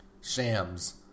Shams